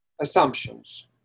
assumptions